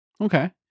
Okay